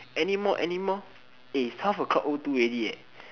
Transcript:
anymore anymore eh it is twelve o-clock o two already eh